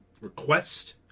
request